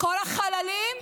כל החללים?